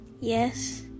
Yes